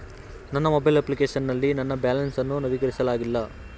ನನ್ನ mobile application ನಲ್ಲಿ ನನ್ನ ಬ್ಯಾಲೆನ್ಸ್ ಅನ್ನು ನವೀಕರಿಸಲಾಗಿಲ್ಲ